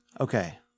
Okay